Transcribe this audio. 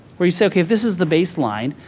where you say, ok, if this is the baseline,